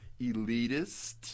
elitist